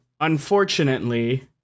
unfortunately